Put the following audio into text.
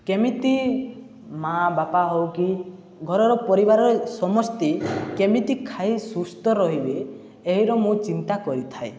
କେମିତି ମା' ବାପା ହଉ କିି ଘରର ପରିବାରର ସମସ୍ତ କେମିତି ଖାଇ ସୁସ୍ଥ ରହିବେ ମୁଁ ଚିନ୍ତା କରିଥାଏ